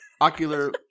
ocular